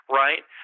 right